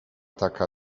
taka